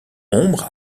ombre